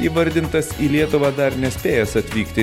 įvardintas į lietuvą dar nespėjęs atvykti